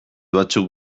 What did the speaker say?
batzuk